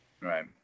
Right